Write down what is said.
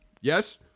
Yes